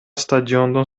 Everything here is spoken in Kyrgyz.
стадиондун